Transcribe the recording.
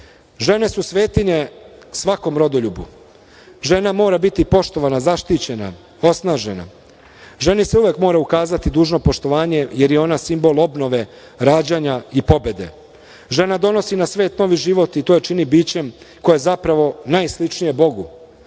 su svetinje svakom rodoljubu. Žena mora biti poštovana, zaštićena, osnažena. Ženi se uvek mora ukazati dužno poštovanje, jer je ona simbol obnove, rađanja i pobede. Žena donosi na svet novi život i to je čini bićem koje je zapravo najsličnije Bogu.